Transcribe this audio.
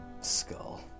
skull